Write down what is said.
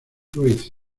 ruiz